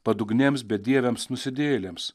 padugnėms bedieviams nusidėjėliams